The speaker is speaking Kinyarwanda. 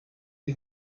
iri